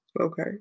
Okay